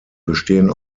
bestehen